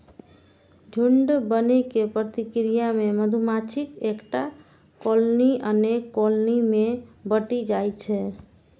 झुंड बनै के प्रक्रिया मे मधुमाछीक एकटा कॉलनी अनेक कॉलनी मे बंटि जाइ छै